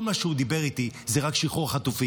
כל מה שהוא דיבר איתי זה רק על שחרור החטופים.